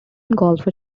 golfer